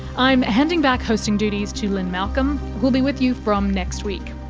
i'm handing back hosting duties to lynne malcolm, who will be with you from next week.